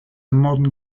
modern